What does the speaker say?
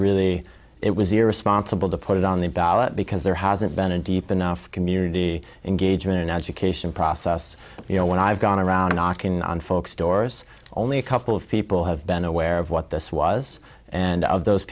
really it was irresponsible to put it on the ballot because there hasn't been a deep enough community engagement and education process you know when i've gone around knocking on folks doors only a couple of people have been aware of what this was and of those